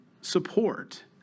support